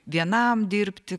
vienam dirbti